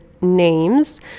names